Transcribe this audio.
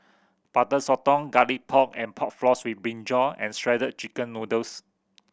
Butter Sotong Garlic Pork and Pork Floss with brinjal and Shredded Chicken Noodles